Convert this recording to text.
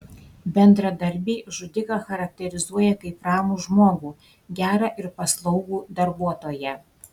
bendradarbiai žudiką charakterizuoja kaip ramų žmogų gerą ir paslaugų darbuotoją